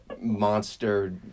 monster-